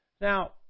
Now